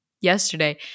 yesterday